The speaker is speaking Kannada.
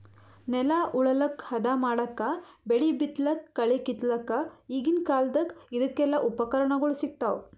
ನೆಲ ಉಳಲಕ್ಕ್ ಹದಾ ಮಾಡಕ್ಕಾ ಬೆಳಿ ಬಿತ್ತಲಕ್ಕ್ ಕಳಿ ಕಿತ್ತಲಕ್ಕ್ ಈಗಿನ್ ಕಾಲ್ದಗ್ ಇದಕೆಲ್ಲಾ ಉಪಕರಣಗೊಳ್ ಸಿಗ್ತಾವ್